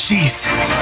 Jesus